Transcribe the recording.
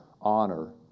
honor